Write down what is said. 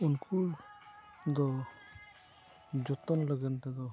ᱩᱱᱠᱩ ᱫᱚ ᱡᱚᱛᱚᱱ ᱞᱟᱹᱜᱤᱫ ᱛᱮᱫᱚ